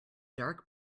dark